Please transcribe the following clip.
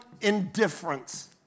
indifference